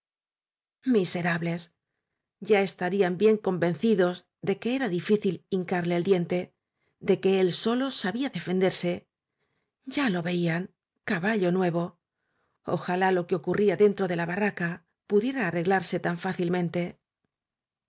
serables ya estarían bien convencidos de que era difícil hincarle el diente de que él solo sabía defen derse ya lo veían caballo nuevo ojalá lo que ocurría den tro de la barraca pudiera arreglarse tan fácilmente